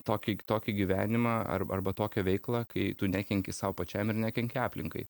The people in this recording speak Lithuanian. tokį tokį gyvenimą ar arba tokią veiklą kai tu nekenki sau pačiam ir nekenki aplinkai